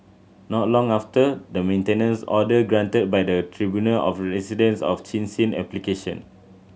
not long after the maintenance order granted by the tribunal of rescinded of Chin Sin application